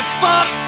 fuck